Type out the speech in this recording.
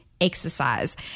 exercise